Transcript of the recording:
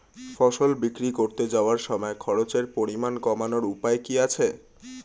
ফসল বিক্রি করতে যাওয়ার সময় খরচের পরিমাণ কমানোর উপায় কি কি আছে?